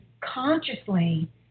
consciously